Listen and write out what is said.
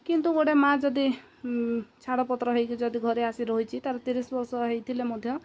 କିନ୍ତୁ ଗୋଟେ ମାଆ ଯଦି ଛାଡ଼ପତ୍ର ହେଇକି ଯଦି ଘରେ ଆସି ରହିଛି ତାର ତିରିଶି ବର୍ଷ ହେଇଥିଲେ ମଧ୍ୟ